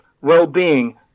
well-being